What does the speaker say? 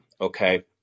okay